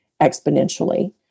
exponentially